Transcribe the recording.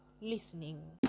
listening